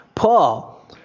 Paul